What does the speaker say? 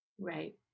Right